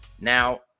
Now